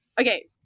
Okay